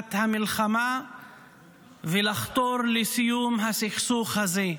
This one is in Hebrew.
להפסקת המלחמה ולחתור לסיום הסכסוך הזה,